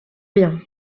bien